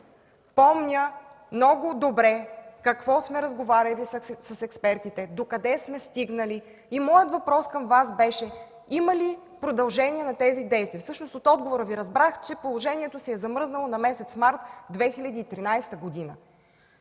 помня много добре какво сме разговаряли с експертите, докъде сме стигнали. Моят въпрос към Вас беше: има ли продължение на тези действия? Всъщност от отговора Ви разбрах, че положението е замръзнало на месец март 2013 г.